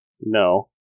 No